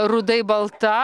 rudai balta